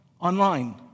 online